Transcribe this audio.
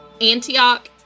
Antioch